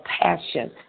passion